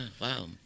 wow